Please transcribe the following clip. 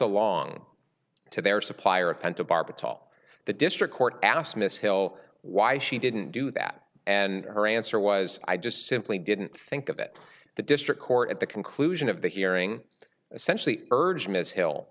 along to their supplier pentobarbital the district court asked miss hill why she didn't do that and her answer was i just simply didn't think of it the district court at the conclusion of the hearing essentially urged ms hill